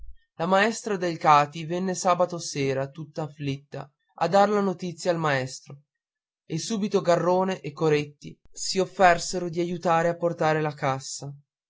la maestra delcati venne sabato sera tutta afflitta a dar la notizia al maestro e subito garrone e coretti si offersero di aiutare a portar la cassa